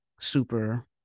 super